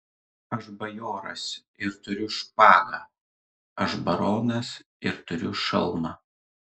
aš bajoras ir turiu špagą aš baronas ir turiu šalmą